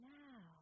now